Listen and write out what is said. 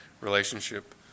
relationship